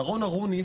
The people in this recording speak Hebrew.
שרונה רוניס,